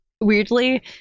weirdly